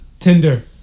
Tinder